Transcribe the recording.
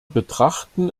betrachten